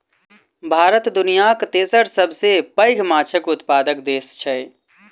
भारत दुनियाक तेसर सबसे पैघ माछक उत्पादक देस छै